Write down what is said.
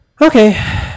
Okay